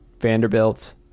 Vanderbilt